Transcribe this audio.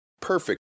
perfect